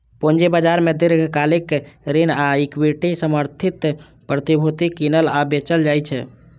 पूंजी बाजार मे दीर्घकालिक ऋण आ इक्विटी समर्थित प्रतिभूति कीनल आ बेचल जाइ छै